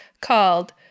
called